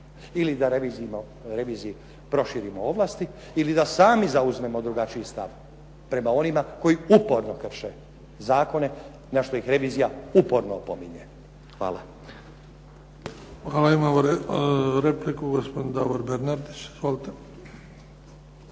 ili da reviziji proširimo ovlasti ili da sami zauzmemo drugačiji stav prema onima koji uporno krše zakone, na što ih revizija uporno opominje. Hvala. **Bebić, Luka (HDZ)** Hvala. Imamo repliku, gospodin Davor Bernardić. Izvolite.